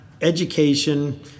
education